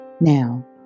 Now